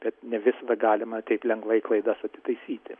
bet ne visada galima taip lengvai klaidas atitaisyti